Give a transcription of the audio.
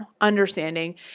understanding